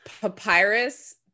papyrus